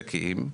בנזקקים,